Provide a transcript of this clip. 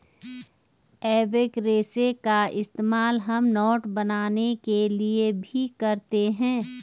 एबेक रेशे का इस्तेमाल हम नोट बनाने के लिए भी करते हैं